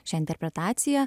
šią interpretaciją